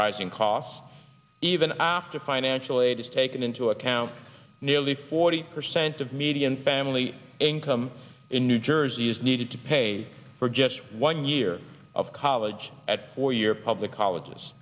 rising costs even after financial aid is taken into account nearly forty percent of median family income in new jersey is needed to pay for just one year of college at four year public colleges is